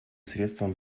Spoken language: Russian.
средством